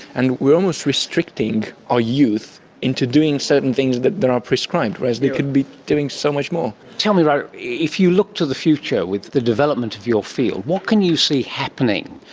and we are almost restricting our youth into doing certain things that are prescribed, whereas they can be doing so much more. tell me radu, if you look to the future with the development of your field, what can you see happening?